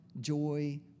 joy